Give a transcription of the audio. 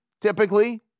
Typically